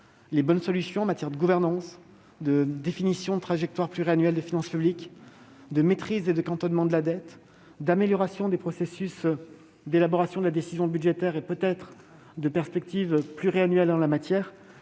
les bonnes solutions en matière de gouvernance, de définition de trajectoire pluriannuelle des finances publiques, de maîtrise et de cantonnement de la dette, d'amélioration des processus d'élaboration de la décision budgétaire et, peut-être, de perspectives pluriannuelles en la matière.